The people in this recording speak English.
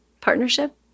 partnership